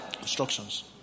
Instructions